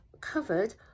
covered